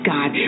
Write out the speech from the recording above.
God